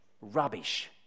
rubbish